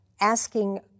asking